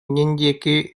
диэки